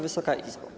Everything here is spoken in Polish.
Wysoka Izbo!